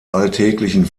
alltäglichen